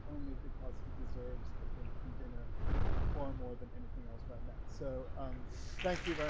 only because he deserves a drink and dinner far more than anything else right now, so um thank you